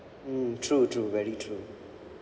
mm true true very true